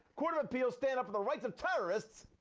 court of appeals stand up for the rights of terrorists,